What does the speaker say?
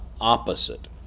opposite